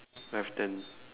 I have ten